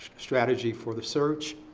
strategy for the search.